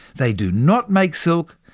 they do not make silk,